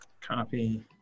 Copy